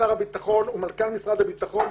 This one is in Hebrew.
משרד הביטחון,